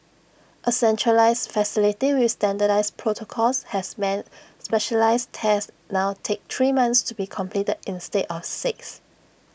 A centralised facility with standardised protocols has meant specialised tests now take three months to be completed instead of six